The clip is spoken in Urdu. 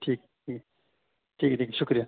ٹھیک ٹھیک ٹھیک ہے ٹھیک ہے شکریہ